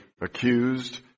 accused